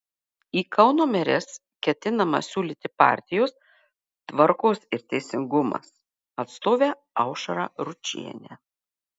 į kauno meres ketinama siūlyti partijos tvarkos ir teisingumas atstovę aušrą ručienę